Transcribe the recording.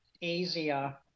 easier